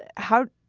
how.